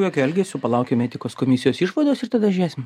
jokio elgesio palaukim etikos komisijos išvados ir tada žėsim